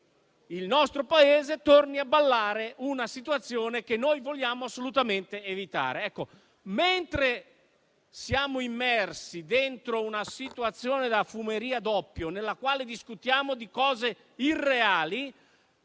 il nostro Paese torni a ballare, una situazione che noi vogliamo assolutamente evitare. Mentre siamo immersi in una situazione da fumeria d'oppio, nella quale discutiamo di cose irreali,